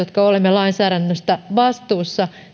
lainsäädännöstä vastuussa